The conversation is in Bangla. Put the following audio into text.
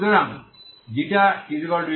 সুতরাং ξη